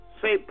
say